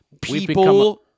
people